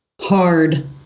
Hard